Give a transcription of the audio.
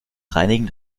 reinigen